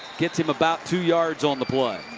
gets him about two yards on the play.